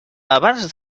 abans